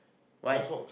why